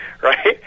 right